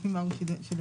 לפי מה הוא שילם